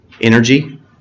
energy